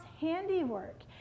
handiwork